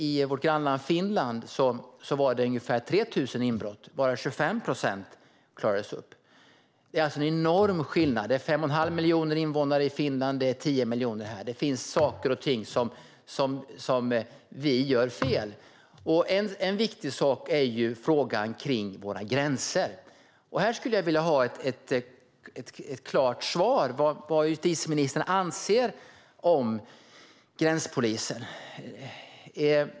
I vårt grannland Finland var det ungefär 3 000 inbrott varav 24 procent klarades upp. Det är en enorm skillnad. Det är 5 1⁄2 miljon invånare i Finland och 10 miljoner i Sverige. Det finns saker och ting som vi gör fel. En viktig sak är våra gränser. Här skulle jag vilja ha ett rakt svar om vad justitieministern anser om gränspoliser.